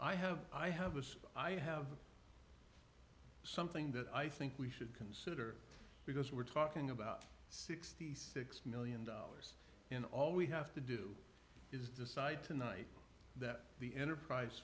i have i have a scar i have something that i think we should consider because we're talking about sixty six million dollars in all we have to do is decide tonight that the enterprise